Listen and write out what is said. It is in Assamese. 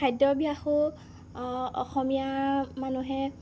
খাদ্যভ্যাসো অসমীয়া মানুহে